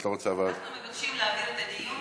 אבל את לא רוצה, אנחנו מבקשים להעביר את הדיון.